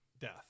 death